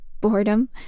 boredom